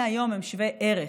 מהיום הם בעלי ערך.